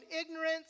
ignorance